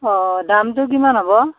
অ' দামটো কিমান হ'ব